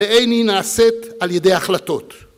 ואין היא נעשית על ידי החלטות